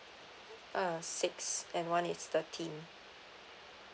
uh six another one is thirteen